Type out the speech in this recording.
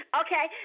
okay